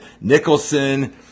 Nicholson